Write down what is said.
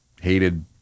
hated